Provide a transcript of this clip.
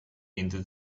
into